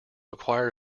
acquire